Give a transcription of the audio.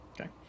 Okay